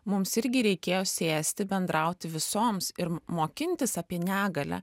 mums irgi reikėjo sėsti bendrauti visoms ir mokintis apie negalią